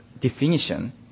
definition